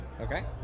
okay